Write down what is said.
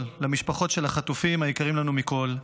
למשפחות של החטופים היקרים לנו מכול,